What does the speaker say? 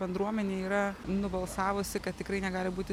bendruomenė yra nubalsavusi kad tikrai negali būti